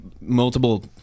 multiple